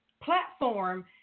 platform